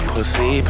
Pussy